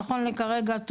נכון לכרגע,